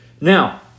Now